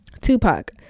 Tupac